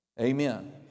Amen